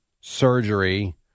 surgery